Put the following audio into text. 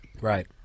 Right